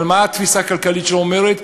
אבל מה התפיסה הכלכלית שלו אומרת?